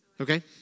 Okay